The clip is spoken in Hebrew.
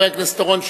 חבר הכנסת אורון,